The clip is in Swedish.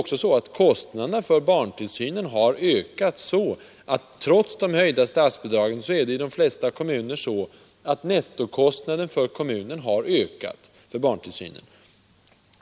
Kostnaderna för barntillsynen har också ökat så att nettokostnaden för de flesta kommuner — trots de höjda statsbidragen — har höjts.